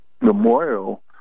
memorial